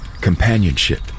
companionship